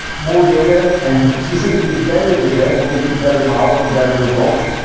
more data and specifically better data will get you better models and better results.